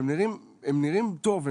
הם נראים טוב,